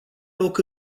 loc